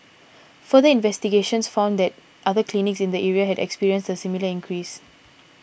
further investigations found that other clinics in the area had experienced a similar increase